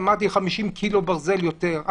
אמרתי: 50 קילו ברזל יותר כבד,